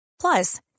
Plus